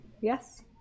yes